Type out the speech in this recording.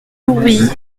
louis